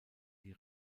die